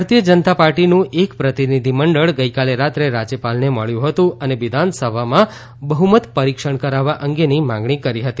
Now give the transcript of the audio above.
ભારતીય જનતા પાર્ટીનું એક પ્રતિનિધિમંડળ ગઈકાલે રાત્રે રાજ્યપાલને મળ્યું હતું અને વિધાનસભામાં બહુમત પરિક્ષણ કરાવવા અંગેની માગણી કરી હતી